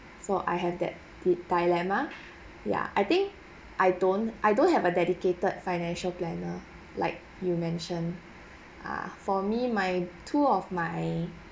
so I have that the dilemma yeah I think I don't I don't have a dedicated financial planner like you mention ah for me my two of my